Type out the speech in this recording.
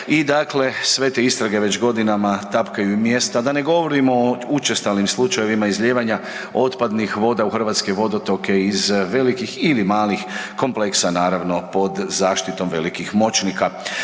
I dakle, sve te istrage već godinama tapkaju u mjestu, a da ne govorimo o učestalim slučajevima izlijevanja otpadnih voda u hrvatske vodotoke iz velikih ili malih kompleksa naravno pod zaštitom velikih moćnika.